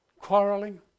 quarrelling